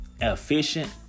efficient